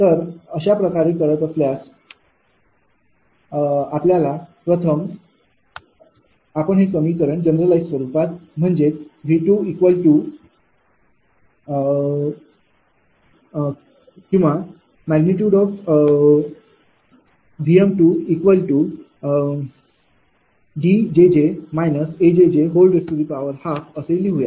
तर आपण हे अशाप्रकारे करत असल्यास प्रथम आपण समीकरण हे जनरलाईझ स्वरूपात लिहूया म्हणजेच ।𝑉। 𝐷𝑗𝑗−𝐴𝑗𝑗12असे लिहूया